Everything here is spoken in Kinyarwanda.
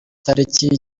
tariki